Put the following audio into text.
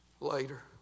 later